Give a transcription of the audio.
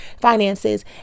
finances